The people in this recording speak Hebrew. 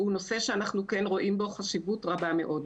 הוא נושא שאנחנו כן רואים בו חשיבות רבה מאוד.